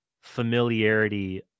familiarity